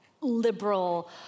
liberal